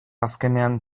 azkenean